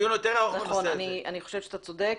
אני חושבת אתה צודק.